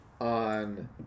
on